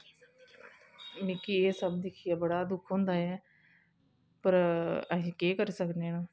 मिकी एह् सब दिक्खियै बडा दुख होंदा ऐ पर असी केह् करी सकने आं